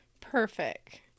Perfect